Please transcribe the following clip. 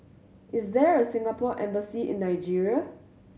is there a Singapore Embassy in Nigeria